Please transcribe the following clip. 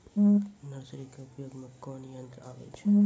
Nursery के उपयोग मे कोन यंत्र आबै छै?